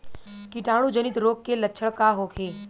कीटाणु जनित रोग के लक्षण का होखे?